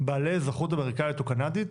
בעלי אזרחות אמריקאית או קנדית,